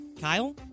Kyle